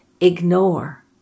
ignore